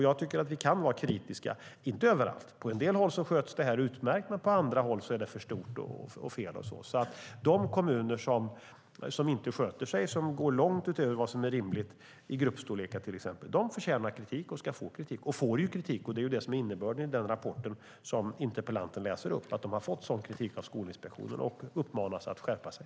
Jag tycker att vi kan vara kritiska, men inte överallt. På en del håll sköts det utmärkt, men på andra håll är det för stort, fel eller så. Då kommuner som inte sköter sig och går långt utöver vad som är rimligt i till exempel gruppstorlekar förtjänar kritik och ska få kritik. De får också kritik. Det är innebörden i den rapport som interpellanten läser upp. De har fått sådan kritik av Skolinspektionen och har uppmanats att skärpa sig.